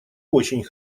очень